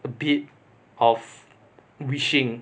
a bit of wishing